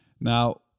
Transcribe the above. now